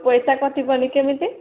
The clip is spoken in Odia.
ପଇସା କଟିବନି କେମିତି